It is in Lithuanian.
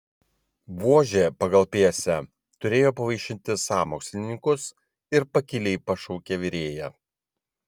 buožė pagal pjesę turėjo pavaišinti sąmokslininkus ir pakiliai pašaukė virėją